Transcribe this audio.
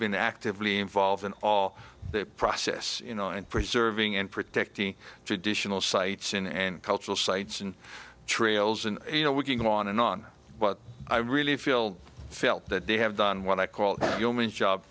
been actively involved in all the process you know and preserving and protecting traditional sites in and cultural sites and trails and you know we can go on and on but i really feel felt that they have done what i call